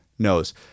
knows